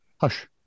hush